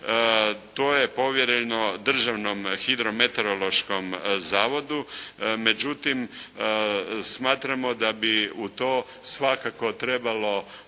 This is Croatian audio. to je povjereno Državnom hidrometeorološkom zavodu. Međutim, smatramo da bi u to svakako trebalo